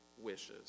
wishes